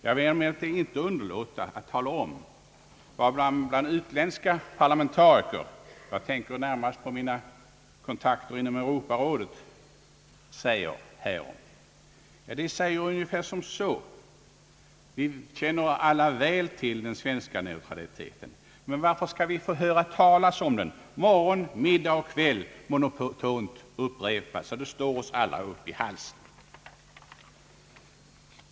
Jag vill emellertid inte underlåta att tala om att vad man bland utländska parlamentariker — jag tänker närmast på mina kontakter inom Europarådet — säger härom. De säger ungefär så här: Vi känner alla väl till den svenska neutraliteten, men varför skall vi få höra talas om den morgon, middag och kväll — monotont upprepad, så att den står oss alla upp i halsen?